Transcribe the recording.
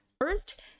first